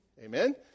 Amen